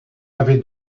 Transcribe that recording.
avez